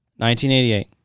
1988